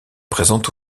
présente